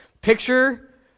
Picture